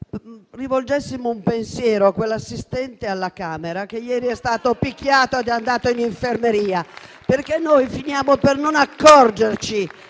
rivolgessimo un pensiero a quell'assistente della Camera che ieri è stato picchiato ed è andato in infermeria. Finiamo per non accorgerci